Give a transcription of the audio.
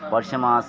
পারশে মাছ